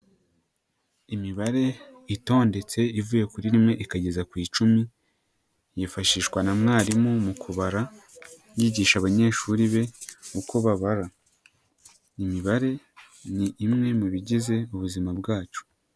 Imibare itondetse ivuye kuri rimwe ikageza ku icumi, yifashishwa na mwarimu mu kubara, yigisha abanyeshuri be uko bara, imibare ni imwe mu bigize ubuzima bwacu.